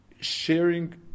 Sharing